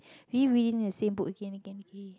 re-reading the same book again again again